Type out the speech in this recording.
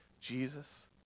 Jesus